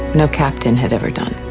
no captain had ever done.